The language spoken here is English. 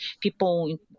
people